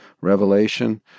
revelation